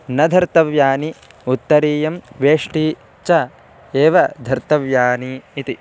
न धर्तव्यानि उत्तरीयं वेष्टी च एव धर्तव्यानि इति